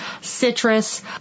citrus